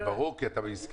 זה ברור, כי אתה בעסקה.